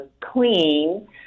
clean